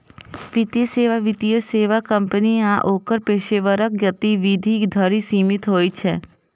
वित्तीय सेवा वित्तीय सेवा कंपनी आ ओकर पेशेवरक गतिविधि धरि सीमित होइ छै